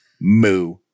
Moo